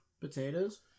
Potatoes